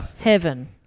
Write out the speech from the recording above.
heaven